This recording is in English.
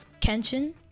Kenshin